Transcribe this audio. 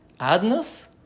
Adnos